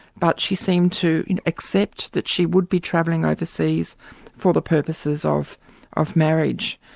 but she seemed to accept that she would be travelling overseas for the purposes of of marriage.